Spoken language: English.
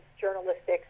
journalistic